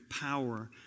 power